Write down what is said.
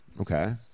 Okay